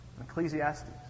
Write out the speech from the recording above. Ecclesiastes